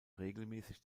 regelmäßig